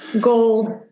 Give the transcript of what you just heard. gold